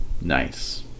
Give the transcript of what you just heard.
Nice